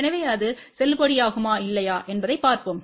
எனவே அது செல்லுபடியாகுமா இல்லையா என்பதைப் பார்ப்போம்